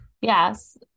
yes